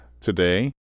Today